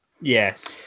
Yes